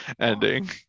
ending